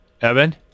evan